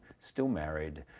still married,